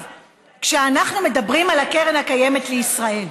כשאנחנו מדברים על הקרן הקיימת לישראל,